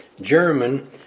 German